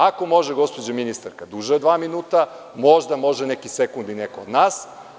Ako može gospođa ministarka duže od dva minuta, možda može neki sekund i neko od nas.